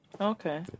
Okay